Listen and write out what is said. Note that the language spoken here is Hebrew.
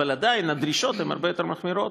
אבל עדיין הדרישות הן הרבה יותר מחמירות,